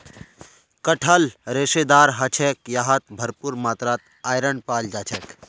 कटहल रेशेदार ह छेक यहात भरपूर मात्रात आयरन पाल जा छेक